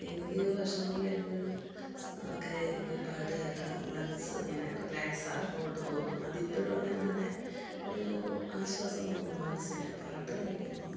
എനിക്ക് വിഷമം വരുമ്പോഴും സ് ഒക്കെ എനിക്കൊരു പാട്ട് കേട്ടാല് മനസ്സ് ഇങ്ങനെ റിലാക്സാകുന്ന കൂട്ട് തോന്നും അതിപ്പോഴും അങ്ങനെ തന്നെ ഒരൂ ആശ്വാസം തോന്നും മനസ്സിന് പാട്ട് കേള്ക്കുമ്പോള്